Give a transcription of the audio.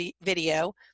video